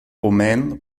rumänen